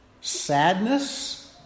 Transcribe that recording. sadness